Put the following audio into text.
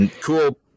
cool